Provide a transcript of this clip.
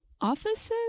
offices